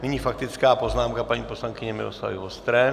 Nyní faktická poznámka paní poslankyně Miloslavy Vostré.